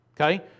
Okay